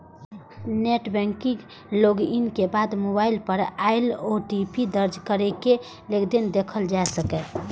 net banking log in के बाद mobile पर आयल ओ.टी.पी दर्ज कैरके लेनदेन देखल जा सकैए